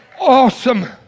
Awesome